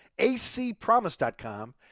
acpromise.com